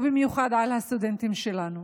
ובמיוחד לסטודנטים שלנו.